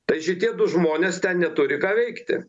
tai šitie du žmonės ten neturi ką veikti